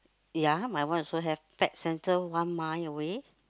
ya my one also have fax center one mile away